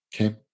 Okay